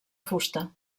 fusta